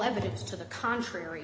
evidence to the contrary